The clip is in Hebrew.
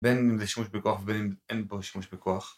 בין אם זה שמוש בכוח ובין אין פה שמוש בכוח